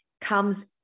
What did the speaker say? comes